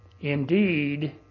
indeed